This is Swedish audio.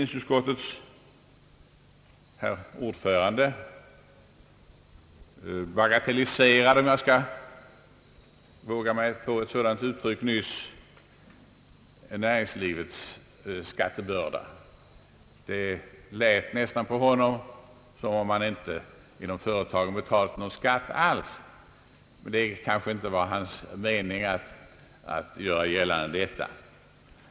gatelliserade nyss — om jag vågar mig på ett sådant uttryck — näringslivets skattebörda. Det lät nästan på honom, som om man inom företagen inte betalade någon skatt alls — det var kanske inte hans mening att göra gällande detta.